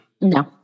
No